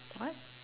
what